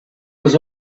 was